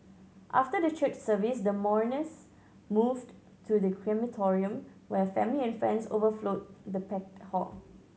after the church service the mourners moved to the crematorium where family and friends overflowed the packed hall